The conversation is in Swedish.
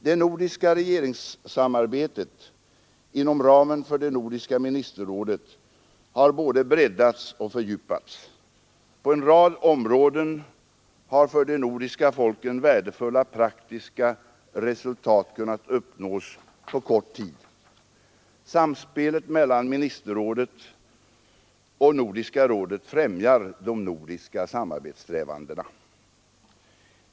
Det nordiska regeringssamarbetet inom ramen för det nordiska ministerrådet har både breddats och fördjupats. På en rad områden har för de nordiska folken värdefulla praktiska resultat kunnat uppnås på kort tid. Samspelet mellan ministerrådet och Nordiska rådet främjar de nordiska samarbetssträvandena.